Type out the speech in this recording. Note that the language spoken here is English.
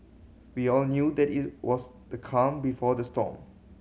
we all knew that it was the calm before the storm